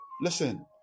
listen